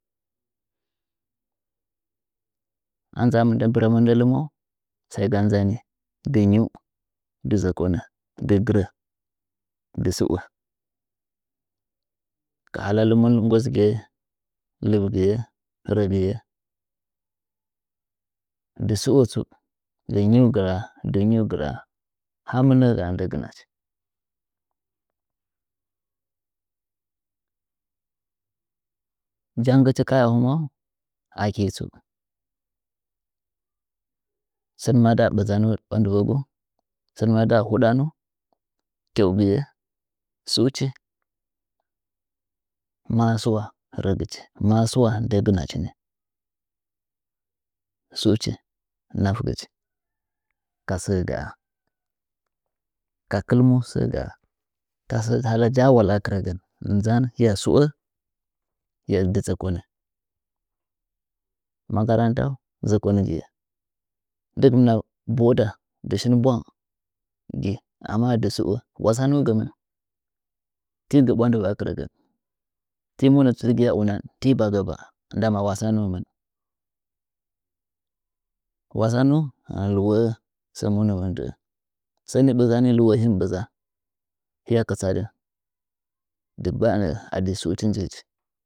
A nzaa mɨndɚ bɨrɚmɚ ndɨ lɨmo sai ga nzani dɨ zɚkonɚ dɨgɚrɚ dɨsɨo kahala lɨmon nggosgɨye lɨbgɨye rɚgɨye dɨsɨo tsu dɨ nyiu gɨraa dɨ nyiu gɨraa ha mɨnɚgaa ndɨ gɨnachi jangɨchi kaaia hɨmwau aki tsu sɚn ma nda ɓɨzaanu sɨkogu sɚ ma nda huɨanu tegɨyeu suuchi ma su’wa rɚgɨchi ma su’wa ndɨ gɨna chi ni suchi nafgechi kasɚ gaa ka kɨl mu sɚ gaa tasɚhala jawalɚ a kɨrɚgɚn nzan hɨya sɨo hɨya dzɨ dɨ zɚkonɚ makarantau zɚkongɨye dɨgɨmna boda dɨ shin ɓwang gɨi amma dɨsto wasanu gɨmɨn tigɚ ɓwandɨ yɚ akɨrɚgɚn ti monɚ digɨya una ti bagɚba ndama wasanumɨn dɨvɚ sɚni bɨzani lɨwoo hɨm ɓɨzan hɨya kɨtsadɨn dɨggba nɚɚ adɨ stuchi njichi